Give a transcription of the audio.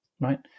right